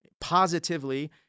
positively